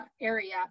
area